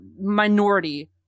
minority